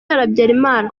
habyarimana